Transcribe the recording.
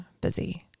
Busy